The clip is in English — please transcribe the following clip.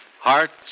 Hearts